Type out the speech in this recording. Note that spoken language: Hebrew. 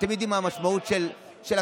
תמיד עם המשמעות של הקראים.